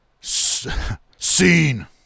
scene